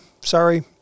sorry